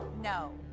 No